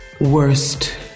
worst